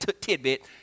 tidbit